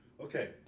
Okay